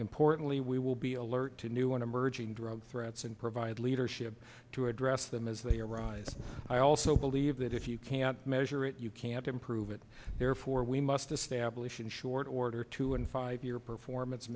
importantly we will be alert to new emerging drug threats and provide leadership to address them as they arise i also believe that if you can't measure it you can't improve it therefore we must establish in short order two and five year performance